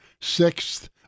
sixth